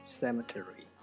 cemetery